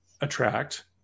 attract